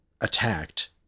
attacked